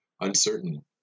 uncertain